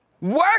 Work